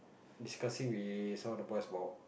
discussing with some of the boys about